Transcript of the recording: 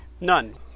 none